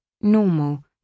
normal